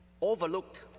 overlooked